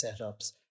setups